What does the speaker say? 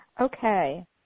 Okay